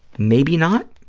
maybe not.